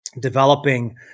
developing